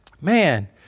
man